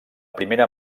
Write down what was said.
primera